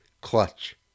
Clutch